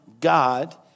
God